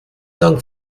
dank